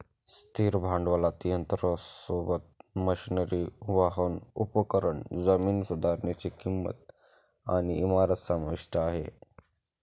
स्थिर भांडवलात यंत्रासोबत, मशनरी, वाहन, उपकरण, जमीन सुधारनीची किंमत आणि इमारत समाविष्ट आहे